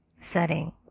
setting